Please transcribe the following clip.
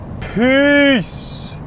Peace